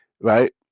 right